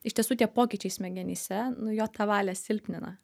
iš tiesų tie pokyčiai smegenyse nu jo tą valią silpnina